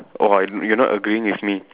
oh you are not agreeing with me